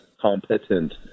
competent